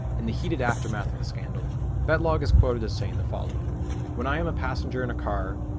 in the heated aftermath of the scandal batlogg is quoted as saying the following when i am a passenger in a car,